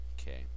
Okay